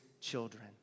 children